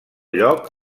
lloc